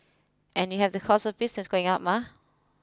and you have the costs of business going up mah